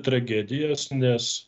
tragedijos nes